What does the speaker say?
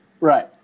Right